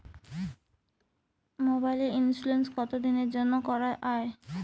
মোবাইলের ইন্সুরেন্স কতো দিনের জন্যে করা য়ায়?